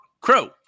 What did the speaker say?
Crow